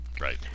Right